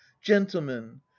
gentlemen